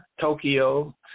Tokyo